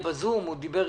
כמו באר שבע, כמו ירושלים,